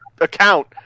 account